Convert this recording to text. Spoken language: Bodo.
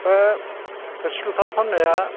बे थोरसि लथा फाननाया